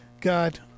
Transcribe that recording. God